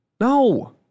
No